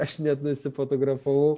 aš net nusifotografavau